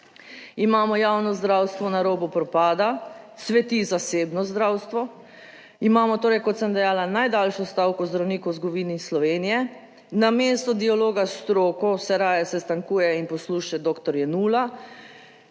imamo, javno zdravstvo na robu propada, cveti zasebno zdravstvo, imamo torej, kot sem dejala najdaljšo stavko zdravnikov v zgodovini Slovenije. Namesto dialoga s stroko se raje sestankuje in posluša doktor Jenulla.